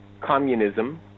communism